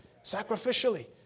Sacrificially